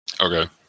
Okay